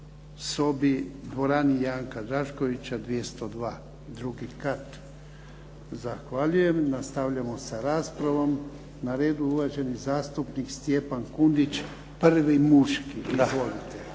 sobi, dvorani Janka Draškovića 202, drugi kat. Zahvaljujem. Nastavljamo sa raspravom. Na redu je uvaženi zastupnik Stjepan Kundić, prvi muški. Izvolite.